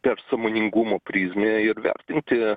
per sąmoningumo prizmę vertinti